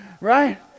right